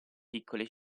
piccole